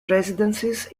residences